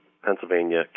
Pennsylvania